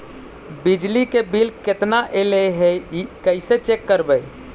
बिजली के बिल केतना ऐले हे इ कैसे चेक करबइ?